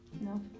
No